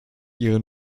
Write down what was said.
ihre